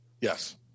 Yes